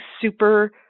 super